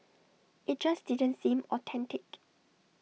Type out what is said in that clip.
IT just didn't seem authentic